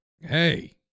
hey